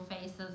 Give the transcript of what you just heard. faces